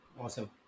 Awesome